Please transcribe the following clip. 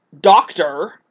doctor